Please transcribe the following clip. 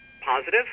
positive